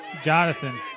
Jonathan